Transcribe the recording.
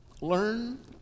Learn